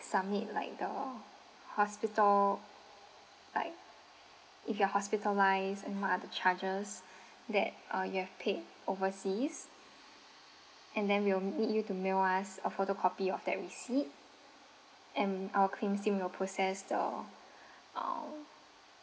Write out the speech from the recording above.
submit like the hospital like if you were hospitalized and what are the charges that uh you have paid overseas and then we'll need you to email us a photocopy of that receipt and our claims team will process the uh